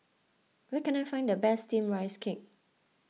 where can I find the best Steamed Rice Cake